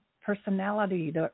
personality